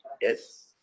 Yes